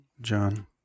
john